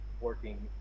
working